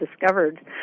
discovered